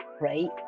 right